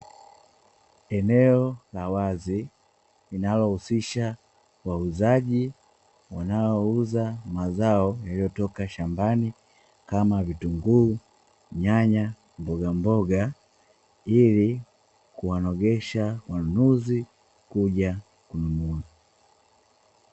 Eneo la wazi linalohusisha wauzaji wanaouza mazao yaliyotoka shambani kama vitunguu, nyanya, mbogamboga ili kuwanogesha wanunuzi kuja kununua.